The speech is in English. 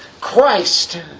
Christ